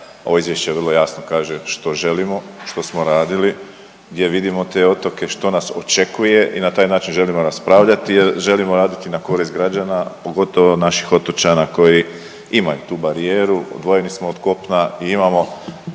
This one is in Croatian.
ovo izvješće vrlo jasno kaže što želimo, što smo radili, gdje vidimo te otoke, što nas očekuje i na taj način želimo raspravljati jer želimo raditi na korist građana pogotovo naših otočana koji imaju tu barijeru, odvojeni smo od kopna i imamo